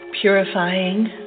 purifying